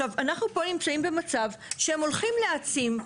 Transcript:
עכשיו, אנחנו פה נמצאים במצב שהם הולכים להעצים.